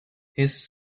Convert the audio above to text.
his